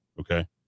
okay